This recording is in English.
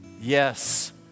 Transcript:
Yes